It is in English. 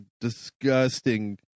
disgusting